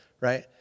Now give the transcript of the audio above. right